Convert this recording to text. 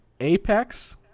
Apex